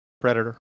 Predator